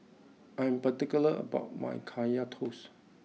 I am particular about my Kaya Toast